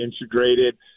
integrated